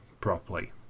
properly